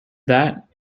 that